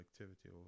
activity